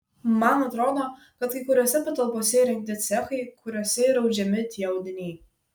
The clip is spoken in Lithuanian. man atrodo kad kai kuriose patalpose įrengti cechai kuriuose ir audžiami tie audiniai